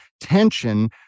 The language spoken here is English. tension